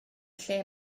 lle